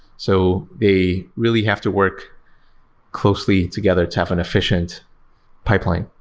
so they really have to work closely together to have an efficient pipeline.